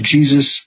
Jesus